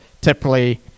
typically